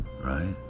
right